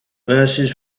verses